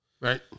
right